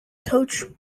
coach